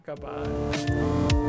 Goodbye